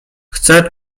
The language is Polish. chce